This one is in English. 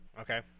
Okay